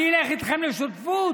אני אלך איתכם לשותפות?